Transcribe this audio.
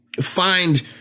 find